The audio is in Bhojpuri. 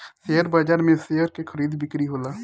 शेयर बाजार में शेयर के खरीदा बिक्री होला